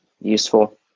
useful